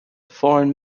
foreign